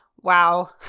wow